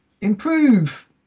improve